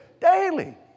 daily